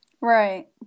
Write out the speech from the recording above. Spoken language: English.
Right